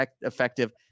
effective